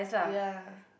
ya